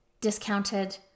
discounted